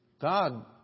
God